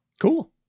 cool